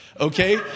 okay